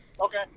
Okay